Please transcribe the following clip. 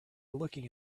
looking